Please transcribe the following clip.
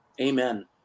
Amen